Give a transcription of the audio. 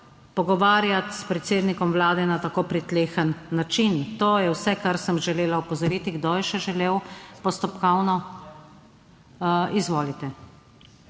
pogovarjati s predsednikom Vlade na tako pritlehen način. To je vse, kar sem želela opozoriti. Kdo je še želel postopkovno? Izvolite.